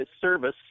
service